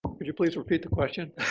um could you please repeat the question?